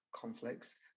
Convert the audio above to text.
conflicts